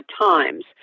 Times